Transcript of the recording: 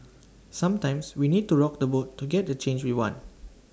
sometimes we need to rock the boat to get the change we want